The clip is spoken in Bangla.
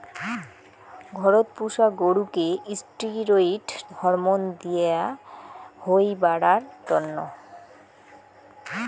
ঘরত পুষা গরুকে ষ্টিরৈড হরমোন দেয়া হই বাড়ার তন্ন